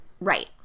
Right